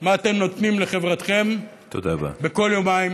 מה אתם נותנים לחברתכם, וכל יומיים